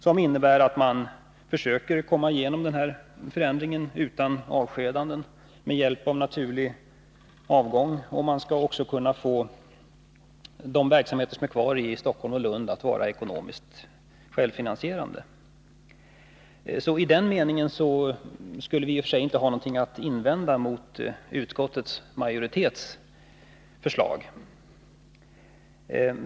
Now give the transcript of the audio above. Det innebär att man vill genomföra förändringarna utan avskedanden, med hjälp av naturlig avgång. Man skall också kunna få de verksamheter som är kvar i Stockholm och Lund att vara ekonomiskt självfinansierande. På de här punkterna har vi i och för sig inte någonting att invända mot utskottsmajoritetens förslag.